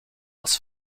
als